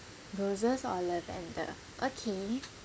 roses or lavender okay